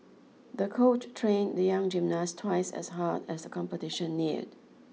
the coach trained the young gymnast twice as hard as competition neared